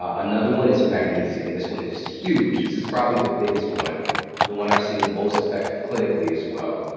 ah another one is magnesium. this one is huge. this is probably the biggest one and the one i've seen most effective clinically as well.